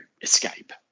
escape